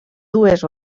dues